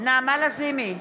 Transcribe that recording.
נעמה לזימי,